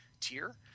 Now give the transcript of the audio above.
tier